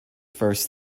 first